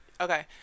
Okay